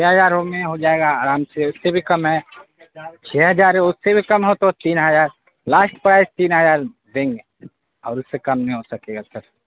چھ ہزار میں ہو جائے گا آرام سے اس سے بھی کم ہے چھ ہزار اس سے بھی کم ہو تو تین ہزار لاسٹ پرائز تین ہزار دیں گے اور اس سے کم نہیں ہو سکے گا سر